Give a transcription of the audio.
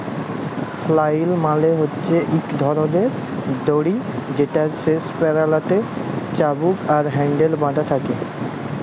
flail মালে হছে ইক ধরলের দড়ি যেটর শেষ প্যারালতে চাবুক আর হ্যাল্ডেল বাঁধা থ্যাকে